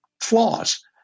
flaws